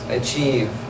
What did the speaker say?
achieve